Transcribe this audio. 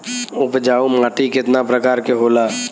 उपजाऊ माटी केतना प्रकार के होला?